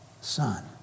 Son